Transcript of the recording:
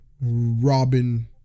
Robin